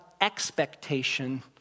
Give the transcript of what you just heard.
expectation